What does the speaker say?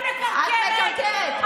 את לא תגידי לי שאני מקרקרת.